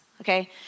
okay